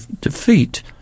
defeat